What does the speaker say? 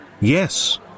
Yes